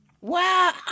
Wow